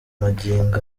magingo